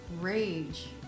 rage